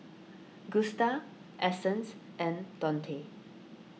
Gusta Essence and Dontae